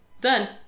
done